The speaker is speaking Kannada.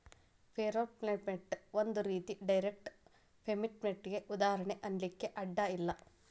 ಪೇರೊಲ್ಪೇಮೆನ್ಟ್ ಒಂದ್ ರೇತಿ ಡೈರೆಕ್ಟ್ ಪೇಮೆನ್ಟಿಗೆ ಉದಾಹರ್ಣಿ ಅನ್ಲಿಕ್ಕೆ ಅಡ್ಡ ಇಲ್ಲ